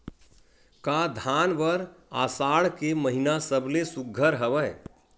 का धान बर आषाढ़ के महिना सबले सुघ्घर हवय?